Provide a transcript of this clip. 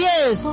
Yes